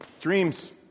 dreams